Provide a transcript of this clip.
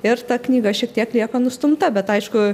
ir ta knyga šiek tiek lieka nustumta bet aišku